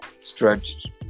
stretched